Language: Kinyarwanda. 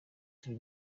turi